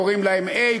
קוראים להם A,